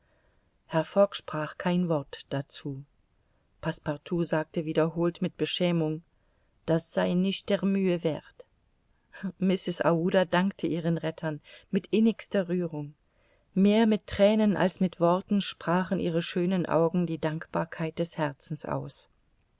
sprach kein wort dazu passepartout sagte wiederholt mit beschämung das sei nicht der mühe werth mrs aouda dankte ihren rettern mit innigster rührung mehr mit thränen als mit worten sprachen ihre schönen augen die dankbarkeit des herzens aus